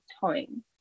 time